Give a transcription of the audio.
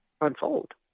unfold